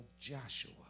Joshua